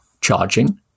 charging